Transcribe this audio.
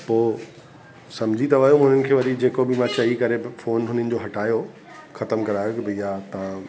त पोइ सम्झी त वियुमि उन्हनि खे वरी जेको बि मां चई करे फोन हुननि जो हटायो ख़तम करायो की भैया तव्हां